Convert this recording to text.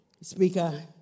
speaker